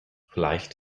vielleicht